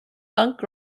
funk